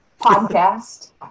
podcast